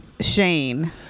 Shane